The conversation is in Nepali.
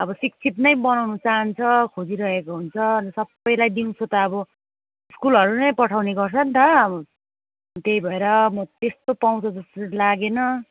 अब शिक्षित नै बनाउनु चाहन्छ खोजिरहेको हुन्छ अन्त सबैलाई दिउँसो त अब स्कुलहरू नै पठाउने गर्छ नि त अब त्यही भएर म त्यस्तो पाउँछ जस्तो चाहिँ लागेन